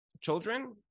Children